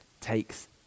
takes